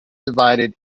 divided